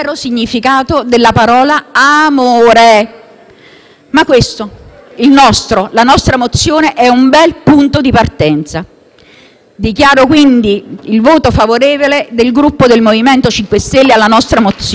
«amore», ma la nostra mozione è un bel punto di partenza. Dichiaro quindi il voto favorevole del Gruppo del MoVimento 5 Stelle alla nostra mozione.